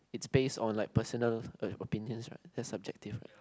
is based on like personal opinion right that's subjective